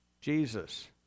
Jesus